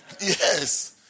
Yes